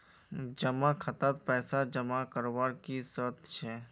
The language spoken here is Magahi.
जमा खातात पैसा जमा करवार की शर्त छे?